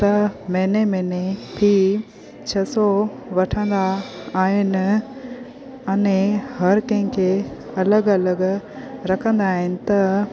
त महीने महीने फी छह सौ वठंदा आहिनि अने हर कंहिंखे अलॻि अलॻि रखंदा आहिनि त